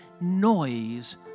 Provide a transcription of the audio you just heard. noise